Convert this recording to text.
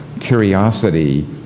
Curiosity